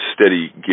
steady